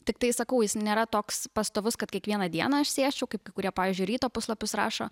tiktai sakau jis nėra toks pastovus kad kiekvieną dieną aš sėsčiau kaip kai kurie pavyzdžiui ryto puslapius rašo